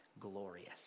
glorious